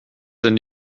denn